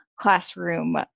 classroom